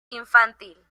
infantil